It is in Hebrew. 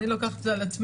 אני לוקחת את זה על עצמי,